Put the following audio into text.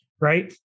right